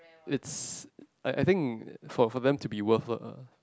it's I I think for for them to be worth lah